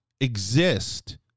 exist